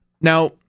Now